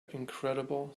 incredible